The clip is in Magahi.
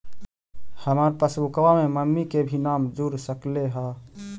हमार पासबुकवा में मम्मी के भी नाम जुर सकलेहा?